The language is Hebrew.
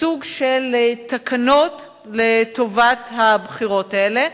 סוג של תקנות לטובת הבחירות האלה,